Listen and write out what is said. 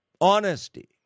honesty